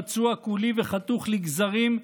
פצוע כולי וחתוך לגזרים,